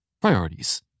Priorities